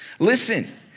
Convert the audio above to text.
Listen